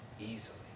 easily